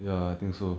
ya I think so